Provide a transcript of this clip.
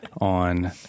on